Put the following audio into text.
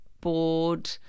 bored